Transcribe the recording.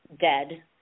dead